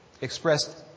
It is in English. expressed